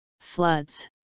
floods